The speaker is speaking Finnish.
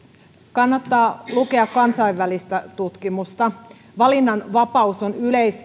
kannattaa lukea kansainvälistä tutkimusta valinnanvapaus on